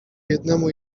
jednemu